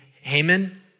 Haman